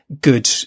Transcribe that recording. good